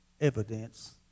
Evidence